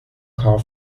car